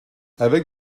avec